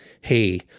Hey